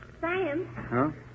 Sam